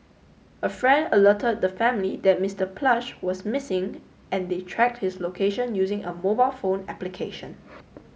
a friend alerted the family that Mister Plush was missing and they tracked his location using a mobile phone application